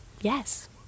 Yes